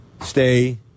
stay